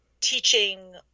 teaching